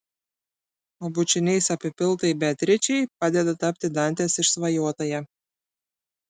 o bučiniais apipiltai beatričei padeda tapti dantės išsvajotąja